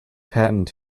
patent